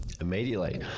immediately